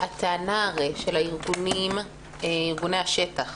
הטענה של ארגוני השטח